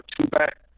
two-back